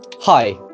Hi